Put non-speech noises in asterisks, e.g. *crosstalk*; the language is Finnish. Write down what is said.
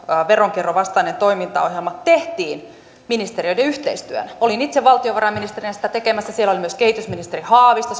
veronkierron vastainen toimintaohjelma tehtiin ministeriöiden yhteistyönä olin itse valtiovarainministerinä sitä tekemässä siellä oli myös kehitysministeri haavisto *unintelligible*